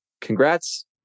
Congrats